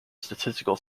statistical